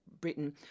Britain